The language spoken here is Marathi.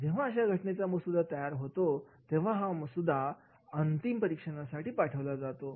जेव्हा अशा घटनेचा मसुदा तयार होतो तेव्हा हा मसुदा संस्थेकडे अंतिम परीक्षणासाठी पाठवला जातो